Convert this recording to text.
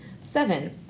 Seven